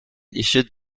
issued